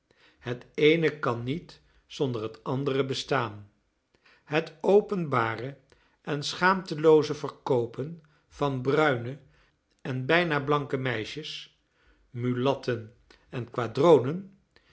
het eene kan niet zonder het andere bestaan het openbare en schaamtelooze verkoopen van bruine en bijna blanke meisjes mulatten en